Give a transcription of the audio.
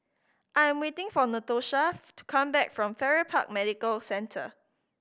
I am waiting for Natoshath to come back from Farrer Park Medical Centre